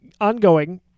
ongoing